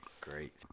great